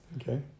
okay